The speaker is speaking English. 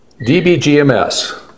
DBGMS